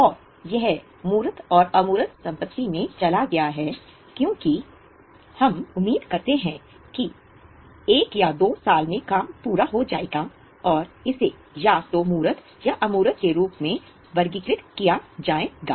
और यह मूर्त या अमूर्त संपत्ति में चला गया है क्योंकि हम उम्मीद करते हैं कि एक या दो साल में काम पूरा हो जाएगा और इसे या तो मूर्त या अमूर्त के रूप में वर्गीकृत किया जाएगा